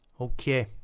okay